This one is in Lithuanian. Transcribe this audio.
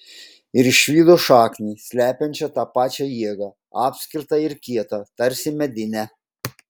ir išvydo šaknį slepiančią tą pačią jėgą apskritą ir kietą tarsi medinę